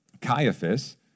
Caiaphas